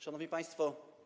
Szanowni Państwo!